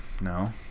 no